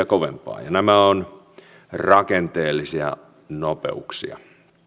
kovempaa ja nämä ovat rakenteellisia nopeuksia